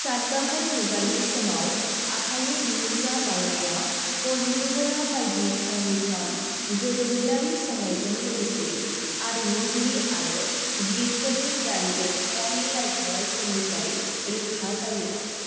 सादबाहान मुगानि समाव आखाइनि दिहुनजा बांनाया गदलिंगला बायदि थावनिफ्राम गोदोमोनारि संनायजों लोगोसे आरिमुगिरि आरो गल्टिटफोरनि दान देबथायारि रायखांनायफोरनिफ्राय रोखा जायो